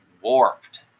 warped